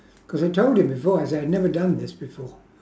cause I told him before I said I've never done this before